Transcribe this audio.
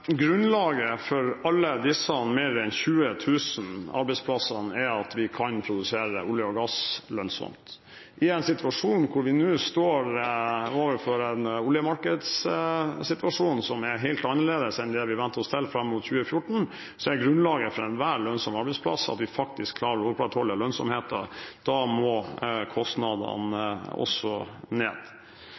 Grunnlaget for alle disse – mer enn 20 000 – arbeidsplassene er at vi kan produsere olje og gass lønnsomt. I en situasjon hvor vi nå står overfor en oljemarkedssituasjon som er helt annerledes enn det vi hadde vent oss til fram til 2014, er grunnlaget for enhver lønnsom arbeidsplass at vi klarer å opprettholde lønnsomheten. Da må kostnadene ned.